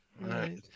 right